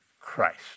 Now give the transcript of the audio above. Christ